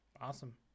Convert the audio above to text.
Awesome